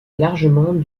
largement